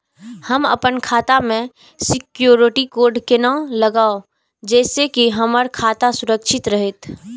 हम अपन खाता में सिक्युरिटी कोड केना लगाव जैसे के हमर खाता सुरक्षित रहैत?